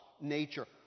nature